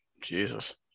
Jesus